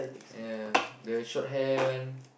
ya the short hair one